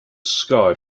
sky